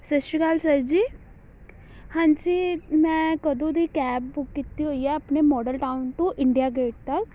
ਸਤਿ ਸ਼੍ਰੀ ਅਕਾਲ ਸਰ ਜੀ ਹਾਂਜੀ ਮੈਂ ਕਦੋਂ ਦੀ ਕੈਬ ਬੁੱਕ ਕੀਤੀ ਹੋਈ ਆ ਆਪਣੇ Model Town to India Gate ਤੱਕ